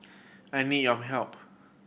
I need your help